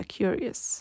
curious